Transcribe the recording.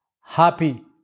Happy